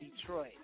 Detroit